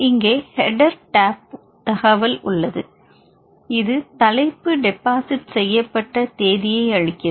இங்கே header tab தகவல் உள்ளது இது தலைப்பு டெபாசிட் செய்யப்பட்ட தேதியை அளிக்கிறது